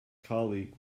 colleague